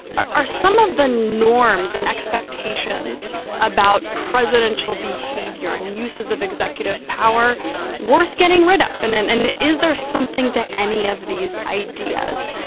are some of the norms and expectations about presidential behavior and uses of executive power worth getting rid ah of? and then and is there something to any of these ideas?